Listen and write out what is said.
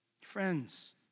Friends